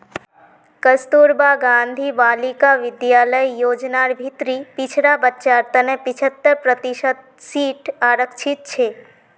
कस्तूरबा गांधी बालिका विद्यालय योजनार भीतरी पिछड़ा बच्चार तने पिछत्तर प्रतिशत सीट आरक्षित छे